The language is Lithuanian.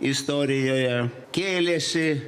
istorijoje kėlėsi